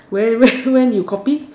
when when when you copy